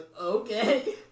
okay